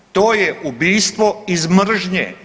To je ubistvo iz mržnje.